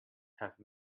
have